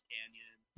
Canyon